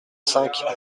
cinq